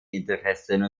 interessen